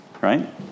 Right